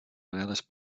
vegades